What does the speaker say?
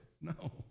no